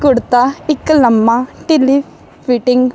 ਕੁੜਤਾ ਇੱਕ ਲੰਮਾ ਢਿੱਲੀ ਫਿਟਿੰਗ